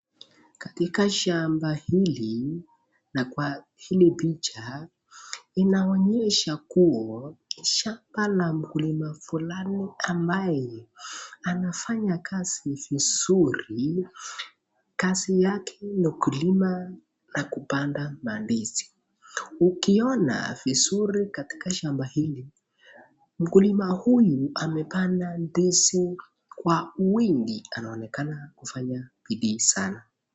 Katika shamba hili na kwa hili picha inaonyesha kuwa shamba la mkulima fulani ambaye anafanya kazi vizuri kazi yake ni kulima na kupanda mandizi. Ukiona vizuri katika shamba hili mkulima huyu amepanda ndizi kwa wingi anaonekana kufanya bidii sana.